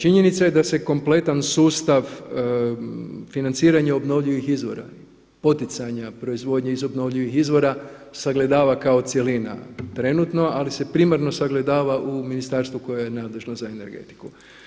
Činjenica je da se kompletan sustav financiranja obnovljivih izvora, poticanja proizvodnje iz obnovljivih izvora sagledava kao cjelina trenutno, ali se primarno sagledava u ministarstvu koje je nadležno za energetiku.